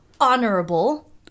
honorable